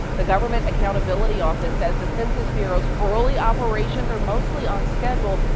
the government accountability office says the census bureau's early operations are mostly on schedule,